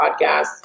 podcast